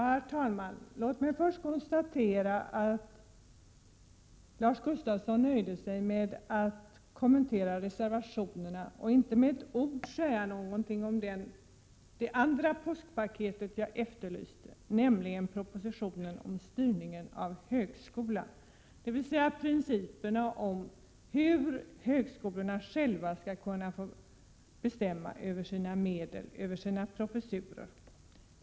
Herr talman! Låt mig först konstatera att Lars Gustafsson nöjde sig med att kommentera reservationerna och inte sade ett ord om det andra påskpaket som jag efterlyste, nämligen propositionen om styrningen av högskolan, dvs. om principerna för hur högskolorna själva skall kunna få bestämma över sina medel, över sina professurer.